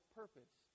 purpose